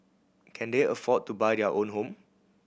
can they afford to buy their own home